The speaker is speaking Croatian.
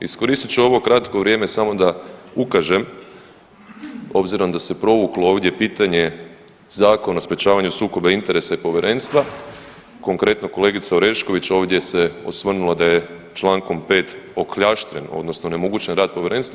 Iskoristit ću ovo kratko vrijeme samo da ukažem obzirom da se provuklo ovdje pitanje Zakona o sprječavanju sukoba interesa i povjerenstva, konkretno kolegica Orešković ovdje se osvrnula da je čl. 5. okljaštren odnosno onemogućen rad povjerenstva.